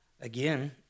again